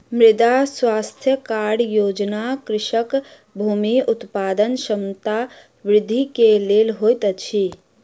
मृदा स्वास्थ्य कार्ड योजना कृषकक भूमि उत्पादन क्षमता वृद्धि के लेल होइत अछि